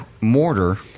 mortar